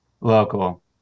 Local